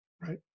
right